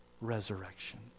resurrection